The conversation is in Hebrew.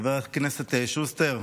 חבר הכנסת שוסטר,